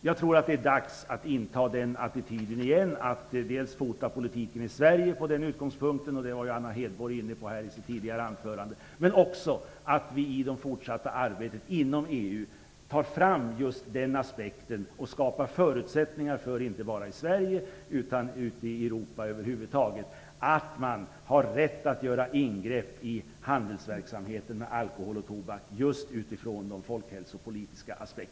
Jag tror att det är dags att inta den attityden igen, dvs. dels att fokusera politiken i Sverige på detta - det var Anna Hedborg inne på i sitt anförande - dels att vi i det fortsatta arbetet inom EU skapar förutsättningar för att man har rätt att mot bakgrund av den aspekten göra ingrepp i handelsverksamheten med alkohol och tobak.